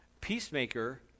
Peacemaker